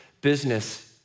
business